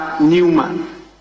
Newman